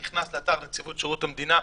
אני נכנס לאתר נציבות שירות המדינה,